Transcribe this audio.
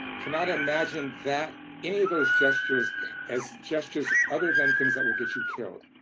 cannot imagine that any of those gestures as gestures other than things that will get you killed.